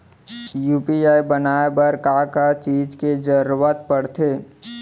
UPI बनाए बर का का चीज के जरवत पड़थे?